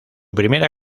primera